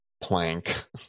plank